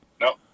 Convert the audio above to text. No